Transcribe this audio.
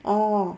oh